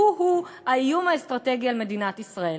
שהוא-הוא האיום האסטרטגי על מדינת ישראל.